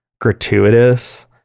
gratuitous